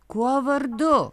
kuo vardu